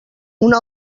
una